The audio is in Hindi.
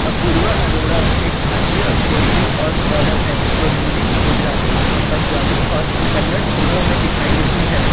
अपूर्वा अरोड़ा एक भारतीय अभिनेत्री और मॉडल हैं जो हिंदी गुजराती पंजाबी और कन्नड़ फिल्मों मे दिखाई देती हैं